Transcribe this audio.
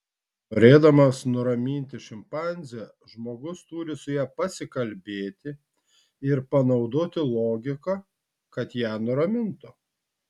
norėdamas nuraminti šimpanzę žmogus turi su ja pasikalbėti ir panaudoti logiką kad ją nuramintų